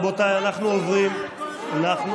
רבותיי, אנחנו עוברים להצבעה.